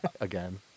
Again